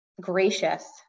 gracious